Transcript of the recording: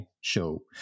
show